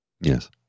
Yes